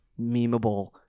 memeable